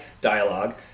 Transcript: dialogue